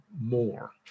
more